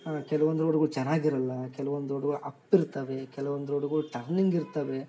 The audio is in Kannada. ಹಾಗಾಗಿ ಕೆಲ್ವಂದು ರೋಡ್ಗಳ್ ಚೆನ್ನಾಗಿರಲ್ಲ ಕೆಲ್ವಂದು ರೋಡು ಅಪ್ ಇರ್ತವೆ ಕೆಲ್ವಂದು ರೋಡ್ಗಳ್ ಟರ್ನಿಂಗ್ ಇರ್ತವೆ